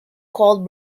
called